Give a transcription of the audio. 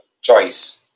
choice